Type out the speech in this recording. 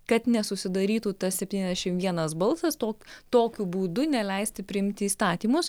kad nesusidarytų tas septyniasdešim vienas balsas to tokiu būdu neleisti priimti įstatymus